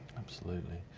absolutely.